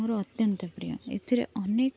ମୋର ଅତ୍ୟନ୍ତ ପ୍ରିୟ ଏଥିରେ ଅନେକ